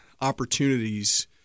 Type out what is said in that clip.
opportunities